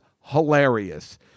hilarious